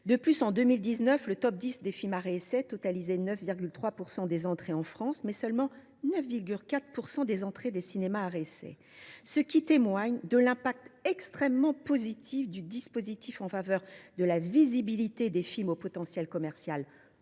De plus, en 2019, le top 10 des films d’art et d’essai totalisait 9,3 % des entrées en France, mais seulement 9,4 % des entrées des cinémas d’art et d’essai. Ces chiffres témoignent de l’impact extrêmement positif du dispositif en faveur de la visibilité des films au potentiel commercial